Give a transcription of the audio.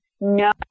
no